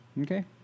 Okay